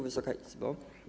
Wysoka Izbo!